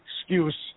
excuse